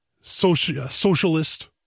socialist